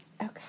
Okay